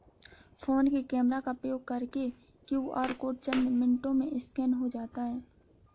phone के camera का प्रयोग करके क्यू.आर कोड चंद मिनटों में स्कैन हो जाता है